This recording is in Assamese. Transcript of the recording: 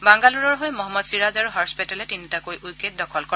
বাংগালোৰৰ হৈ মহম্মদ চিৰাজ আৰু হৰ্ষ পেটেলে তিনিটাকৈ উইকেট দখল কৰে